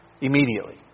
Immediately